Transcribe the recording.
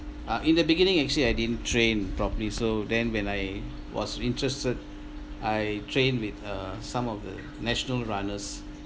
uh in the beginning actually I didn't train properly so then when I was interested I train with uh some of the national runners